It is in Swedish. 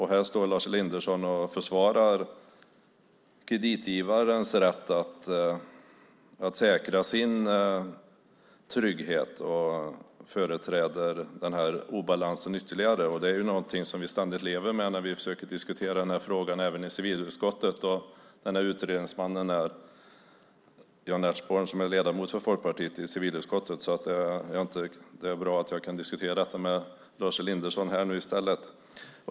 Här står Lars Elinderson och försvarar kreditgivarens rätt att säkra sin trygghet och talar ytterligare för denna obalans. Det är något som vi ständigt lever med när vi försöker diskutera denna fråga även i civilutskottet. Utredningsmannen Jan Ertsborn är ledamot för Folkpartiet i civilutskottet, och det är bra att jag kan diskutera detta med Lars Elinderson här nu i stället.